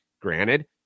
Granted